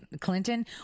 clinton